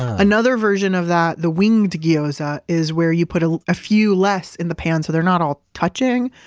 another version of that. the winged gyoza is where you put a ah few less in the pan so they're not all touching.